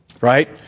right